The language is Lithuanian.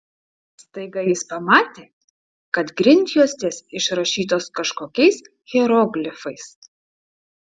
staiga jis pamatė kad grindjuostės išrašytos kažkokiais hieroglifais